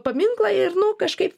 paminklą ir nu kažkaip